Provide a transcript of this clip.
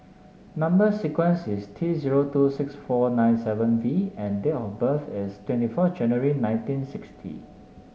number sequence is T zero two six four nine seven V and date of birth is twenty four January nineteen sixty